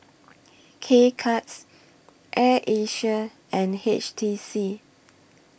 K Cuts Air Asia and H T C